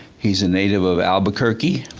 he's a native of albuquerque.